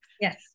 Yes